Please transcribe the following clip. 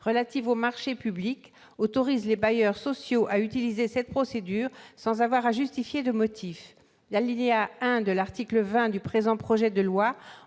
relative aux marchés publics autorise les bailleurs sociaux à utiliser cette procédure sans avoir à en justifier. L'alinéa 1 de l'article 20 du présent projet de loi